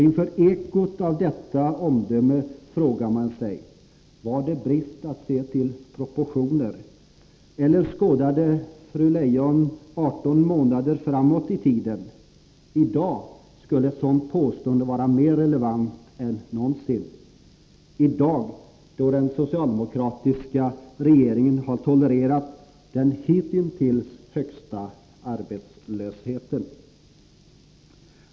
Inför ekot av detta omdöme frågar man sig: Var det en oförmåga att kunna se till proportioner eller skådade fru Leijon 18 månader framåt i tiden? I dag skulle ett sådant påstående vara mer relevant än någonsin, i dag då den socialdemokratiska regeringen har tolererat den hitintills största arbetslösheten.